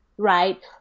right